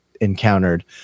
encountered